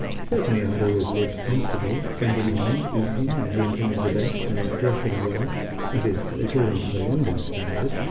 certainly, i had always lived comfortably, spending money, eating and drinking of the best, and dressing well that is, according to the london standard.